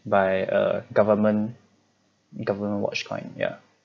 by a government government watch coin ya